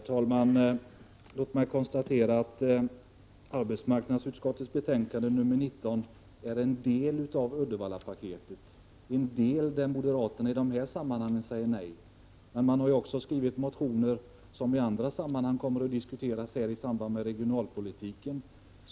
Herr talman! Låt mig konstatera att arbetsmarknadsutskottets betänkande nr 19 är en del av Uddevallapaketet, en del där moderaterna i det här sammanhanget säger nej. Men man har också skrivit motioner som kommer att diskuteras i andra sammanhang, t.ex. i samband med regionalpolitiken.